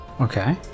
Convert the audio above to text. Okay